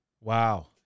wow